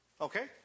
Okay